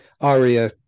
aria